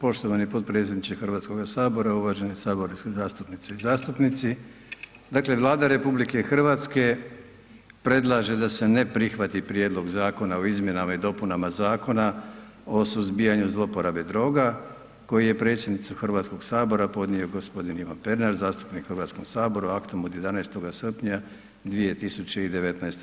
Poštovani potpredsjedniče Hrvatskoga sabora, uvaženi saborske zastupnice i zastupnici, dakle, Vlada RH predlaže da se ne prihvati prijedlog zakona o izmjenama i dopunama Zakona o suzbijanju zlouporabe droga koji je predsjedniku HS podnio g. Ivan Pernar, zastupnik u HS, aktom od 11. srpnja 2019.